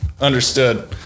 understood